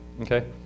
Okay